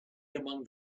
among